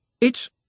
It's